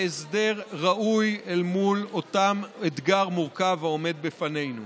והסדר ראוי אל מול אותו אתגר מורכב העומד בפנינו.